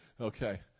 Okay